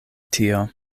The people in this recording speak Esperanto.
tio